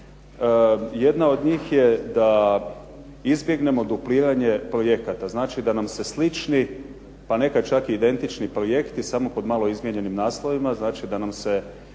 Jedna od njih je da izbjegnemo dupliranje projekata. Znači da nam se slični, pa nekada čak identični projekti samo pod malo izmijenjenim naslovima znači da nam se